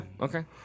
Okay